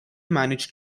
managed